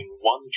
one